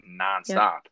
nonstop